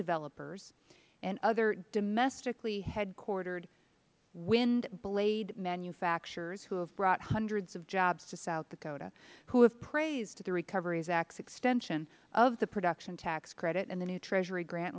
developers and other domestically headquartered wind blade manufacturers who have brought hundreds of jobs to south dakota who have praised the recovery act's extension of the production tax credit and the new treasury grant